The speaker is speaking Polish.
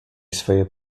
swoje